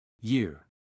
Year